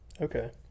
Okay